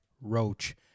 Roach